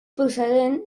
procedent